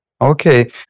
Okay